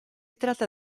tratta